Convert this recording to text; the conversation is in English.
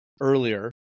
earlier